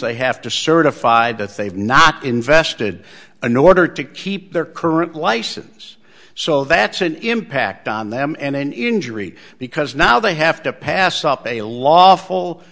they have to certified that they've not invested in order to keep their current license so that's an impact on them and an injury because now they have to pass up a lawful